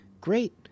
Great